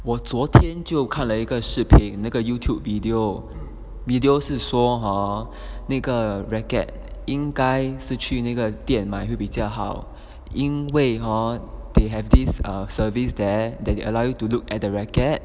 我昨天就看了一个视频那个 Youtube video video 是说 hor 那个 racket 应该是去那个店买会比较好因为 hor they have this um service there that you allow you to look at the racket